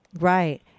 Right